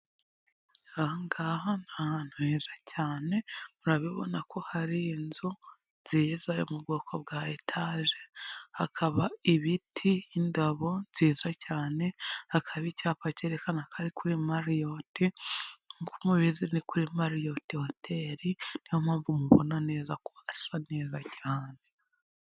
Aha ngaha ni ahantu heza cyane urarabibona ko hari inzu nziza yo mu bwoko bwa etaje, hakaba ibiti, indabo nziza cyane, hakaba icyapa cyerekana akari kuri Mariyoti, nk'uko mubizi ni kuri Mariyoti hoteli, niyo mpamvu mubona neza ko hasa neza cyane.